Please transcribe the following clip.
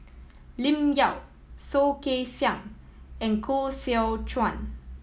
Lim Yau Soh Kay Siang and Koh Seow Chuan